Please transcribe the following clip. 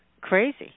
crazy